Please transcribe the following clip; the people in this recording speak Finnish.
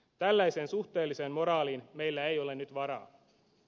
tällaiseen suhteelliseen moraaliin meillä ei ole nyt varaa